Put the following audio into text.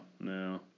no